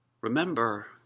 Remember